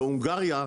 בהונגריה,